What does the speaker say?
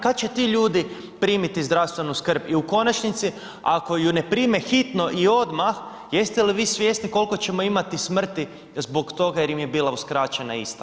Kad će ti ljudi primiti zdravstvenu skrb i u konačnici, ako ju ne prime hitno i odmah jeste li vi svjesni koliko ćemo imati smrti zbog toga jer im je bila uskraćena ista?